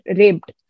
raped